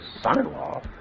son-in-law